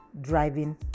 driving